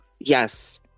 Yes